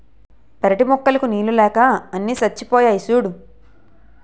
పెరటి మొక్కలకు నీళ్ళు లేక అన్నీ చచ్చిపోయాయి సూడూ